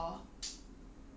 but ah like